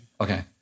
Okay